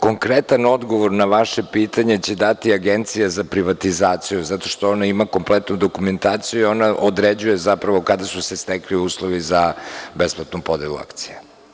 Konkretan odgovor na vaše pitanje će dati Agencija za privatizaciju, zato što ona ima kompletnu dokumentaciju i ona određuje zapravo kada su se stekli uslovi za besplatnu podelu akcije.